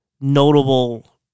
notable